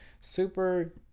Super